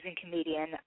comedian